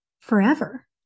forever